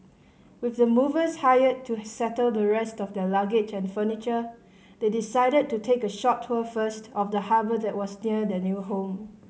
with the movers hired to settle the rest of their luggage and furniture they decided to take a short tour first of the harbour that was near their new home